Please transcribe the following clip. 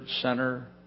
center